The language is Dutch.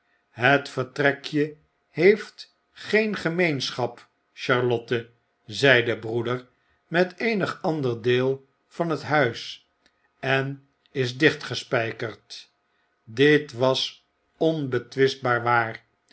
het vertrekje heeft geen gemeenschap charlotte zei de broeder met eenig ander deelvanhet huis en is dicht gespykerd dit was onbetwistbaar waar